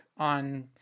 On